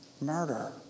Murder